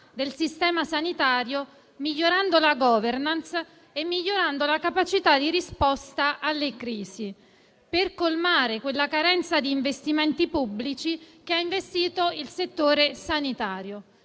del sistema sanitario, migliorando la *governance* e la capacità di risposta alle crisi, per colmare quella carenza di investimenti pubblici che ha colpito il settore sanitario.